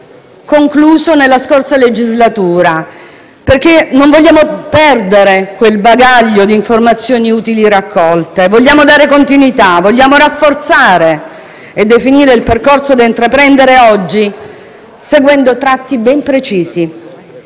concluso nella scorsa legislatura, perché non vogliamo perdere quel bagaglio di informazioni utili raccolte. Noi vogliamo dare continuità; vogliamo rafforzare e definire il percorso da intraprendere oggi seguendo tratti ben precisi.